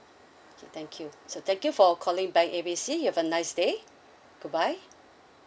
okay thank you so thank you for calling bank A B C you have a nice day goodbye